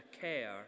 care